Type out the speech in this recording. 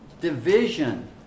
division